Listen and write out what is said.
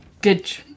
good